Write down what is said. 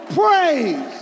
praise